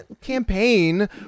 campaign